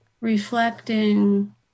reflecting